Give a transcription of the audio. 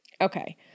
Okay